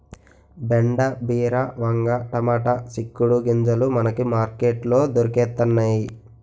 బెండ బీర వంగ టమాటా సిక్కుడు గింజలు మనకి మార్కెట్ లో దొరకతన్నేయి